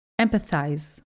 empathize